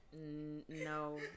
No